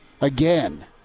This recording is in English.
Again